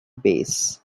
base